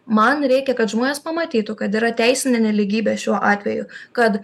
man reikia kad žmonės pamatytų kad yra teisinė nelygybė šiuo atveju kad